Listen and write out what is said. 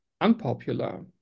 unpopular